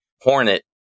Hornet